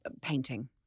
painting